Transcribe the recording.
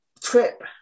trip